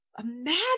imagine